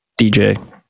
DJ